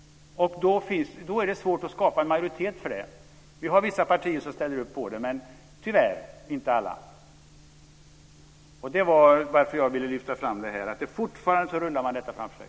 Det är svårt att skapa en majoritet för detta. Det finns vissa partier som ställer upp på det men tyvärr inte alla. Det var därför som jag ville lyfta fram det här, att man fortfarande rullar detta framför sig.